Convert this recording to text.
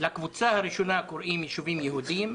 לקבוצה הראשונה קוראים יישובים יהודיים,